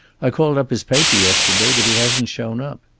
i called up his paper yesterday, but he hasn't shown up.